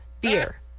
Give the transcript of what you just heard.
Beer